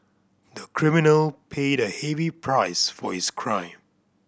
the criminal paid a heavy price for his crime